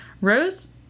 Rose